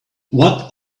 what